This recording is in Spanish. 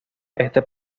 este